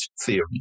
theory